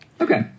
Okay